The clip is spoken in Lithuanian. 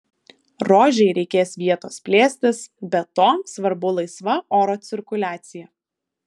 rožei reikės vietos plėstis be to svarbu laisva oro cirkuliacija